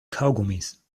kaugummis